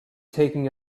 taking